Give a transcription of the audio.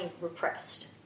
repressed